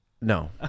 No